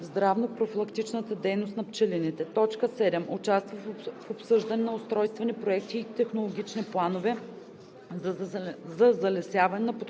здравно-профилактичната дейност на пчелините; 7. участва в обсъждане на устройствени проекти и технологични планове за залесяване на подходящи